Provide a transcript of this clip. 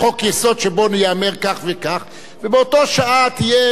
שעה יהיה צורך באיזה נושא קואליציוני,